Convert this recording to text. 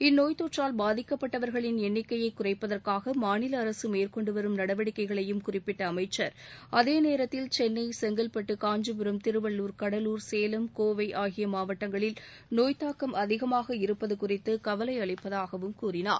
இந்நோய்த் தொற்றால் பாதிக்கப்பட்டவர்களின் எண்ணிக்கையை குறைப்பதற்காக மாநில அரசு மேற்கொண்டுவரும் நடவடிக்கைகளையும் குறிப்பிட்ட அமைச்சர் அதே நேரத்தில் சென்னை செங்கல்பட்டு காஞ்சிபுரம் திருவள்ளூர் கடலூர் சேலம் கோவை ஆகிய மாவட்டங்களில் நோய் தாக்கம் அதிகமாக இருப்பது குறித்து கவலை அளிப்பதாகவும் கூறினார்